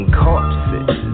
corpses